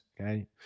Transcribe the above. okay